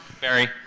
Barry